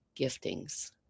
giftings